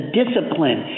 discipline